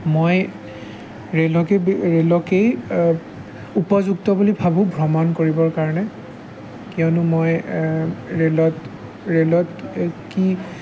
মই ৰেলকে ৰেলকেই উপযুক্ত বুলি ভাবোঁ ভ্ৰমণ কৰিব কাৰণে কিয়নো মই ৰেলত ৰেলত কি